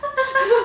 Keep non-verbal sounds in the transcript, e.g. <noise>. <laughs>